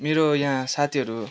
मेरो यहाँ साथीहरू